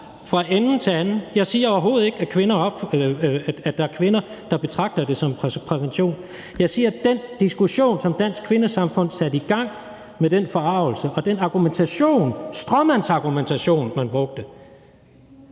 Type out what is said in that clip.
fra ende til anden. Jeg siger overhovedet ikke, at der er kvinder, der betragter det som prævention. Jeg siger, at den diskussion, som Dansk Kvindesamfund satte i gang med den forargelse og den argumentation, den stråmandsargumentation, man brugte,